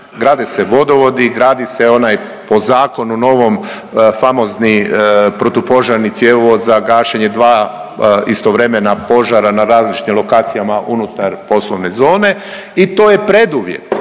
grade se vodovodi, gradi se onaj po zakonu novom famozni protupožarni cjevovod za gašenje dva istovremena požara na različitim lokacijama unutar poslovne zone i to je preduvjet